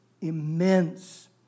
immense